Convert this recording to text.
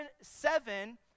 seven